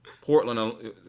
Portland